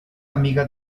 amiga